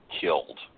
killed